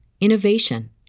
innovation